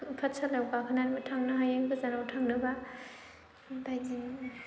पाठसालायाव गाखोनानैबो थांनो हायो गोजानाव थांनोबा बेबादिनो